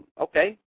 Okay